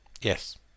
Yes